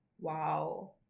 wow